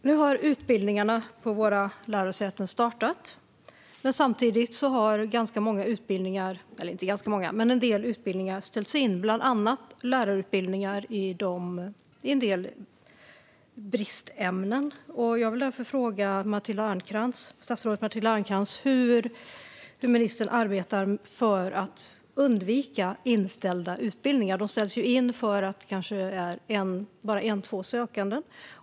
Fru talman! Nu har utbildningarna på våra lärosäten startat. Samtidigt har en del utbildningar ställts in, bland annat lärarutbildningar i en del bristämnen. Jag vill därför fråga statsrådet Matilda Ernkrans hur hon arbetar för att undvika inställda utbildningar. De ställs ju in för att det kanske bara är en eller två sökande.